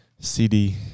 CD